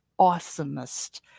awesomest